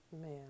man